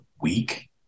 week